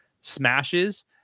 smashes